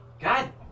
God